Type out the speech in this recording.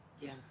Yes